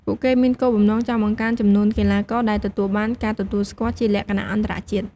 ពួកគេមានគោលបំណងចង់បង្កើនចំនួនកីឡាករដែលទទួលបានការទទួលស្គាល់ជាលក្ខណៈអន្តរជាតិ។